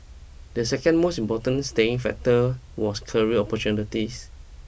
the second most important staying factor was career opportunities